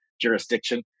jurisdiction